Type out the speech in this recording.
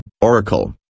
Oracle